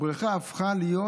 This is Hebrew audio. הבריכה הפכה להיות